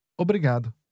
obrigado